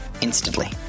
instantly